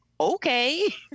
okay